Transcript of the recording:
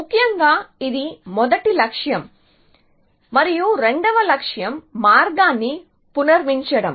ముఖ్యంగా ఇది మొదటి లక్ష్యం మరియు రెండవ లక్ష్యం మార్గాన్ని పునర్నిర్మించడం